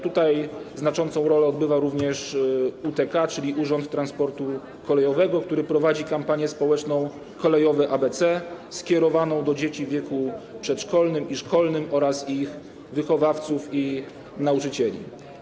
Tutaj znaczącą rolę odgrywa również UTK, czyli Urząd Transportu Kolejowego, który prowadzi kampanię społeczną „Kolejowe ABC” skierowaną do dzieci w wieku przedszkolnym i szkolnym oraz ich wychowawców i nauczycieli.